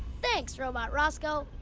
thanks, robot roscoe.